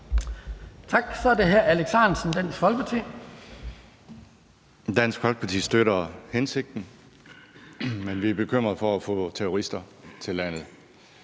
Tak. Så er det hr. Alex Ahrendtsen, Dansk Folkeparti. Kl. 09:22 Alex Ahrendtsen (DF): Dansk Folkeparti støtter hensigten, men vi er bekymret for at få terrorister til landet.